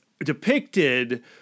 depicted